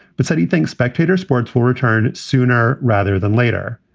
but said he thinks spectator sports will return sooner rather than later.